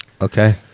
okay